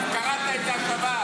אתה קראת את זה השבת,